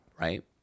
right